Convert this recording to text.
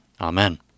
Amen